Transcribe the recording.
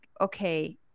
okay